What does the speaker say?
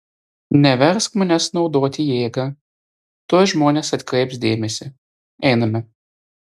neversk manęs naudoti jėgą tuoj žmonės atkreips dėmesį einame